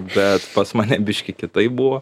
bet pas mane biškį kitaip buvo